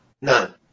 None